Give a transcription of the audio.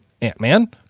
Ant-Man